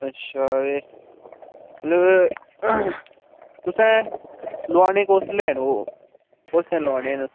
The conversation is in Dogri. अच्छा ते मतलब तुसें लोआने कुसलै न ओह् कुस दिन लोआने न